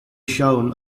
shown